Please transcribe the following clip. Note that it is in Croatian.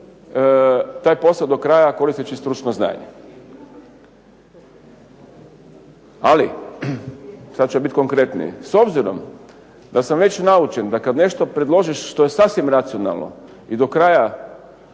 taj posao do kraja koristeći stručno znanje. Ali kad će bit konkretniji, s obzirom da sam već naučen da kad nešto predložiš što je sasvim racionalno i do kraja